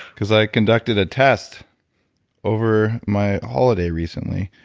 because i conducted a test over my holiday recently.